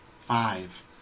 Five